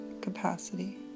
capacity